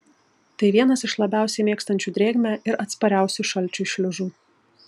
tai vienas iš labiausiai mėgstančių drėgmę ir atspariausių šalčiui šliužų